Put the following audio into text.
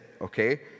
okay